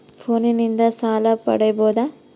ಫೋನಿನಿಂದ ಸಾಲ ಪಡೇಬೋದ?